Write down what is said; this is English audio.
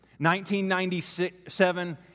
1997